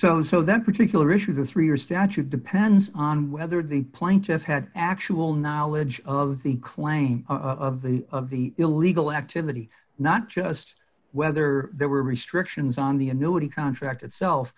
so so that particular issue the three or statute depends on whether the plaintiff had actual knowledge of the claim of the of the illegal activity not just whether there were restrictions on the annuity contract itself